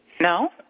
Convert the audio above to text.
No